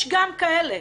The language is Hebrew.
יש גם כאלה,